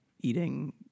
eating